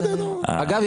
אגב,